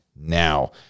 now